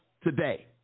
today